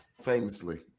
Famously